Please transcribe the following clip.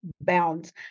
bounds